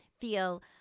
feel